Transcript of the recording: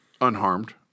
unharmed